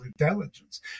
intelligence